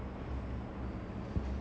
um like